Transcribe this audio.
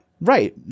Right